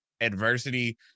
adversity